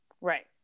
right